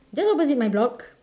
just opposite my block